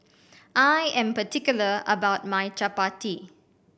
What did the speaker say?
I am particular about my Chapati